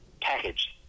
package